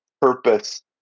purpose